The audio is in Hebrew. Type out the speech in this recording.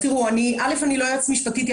אני לא יועצת משפטית.